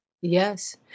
Yes